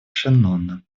шеннона